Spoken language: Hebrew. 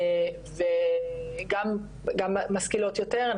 וגם משכילות יותר.